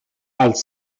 als